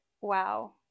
wow